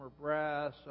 brass